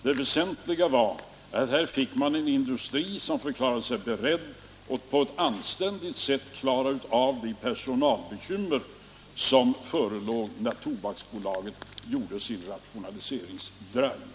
Det väsentliga var att här fick man en industri som förklarade sig beredd att på ett anständigt sätt klara av de personalbekymmer som förelåg när Tobaksbolaget gjorde sin rationaliseringsdrive.